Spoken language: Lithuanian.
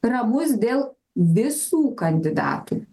ramus dėl visų kandidatų